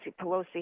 Pelosi